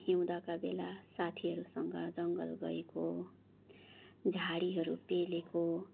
हिउँदका बेला साथीहरूसँग जङ्गल गएको झाडीहरू पेलेको